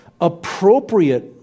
appropriate